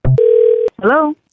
Hello